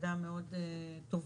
ועדה מאוד טובה,